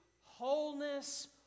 wholeness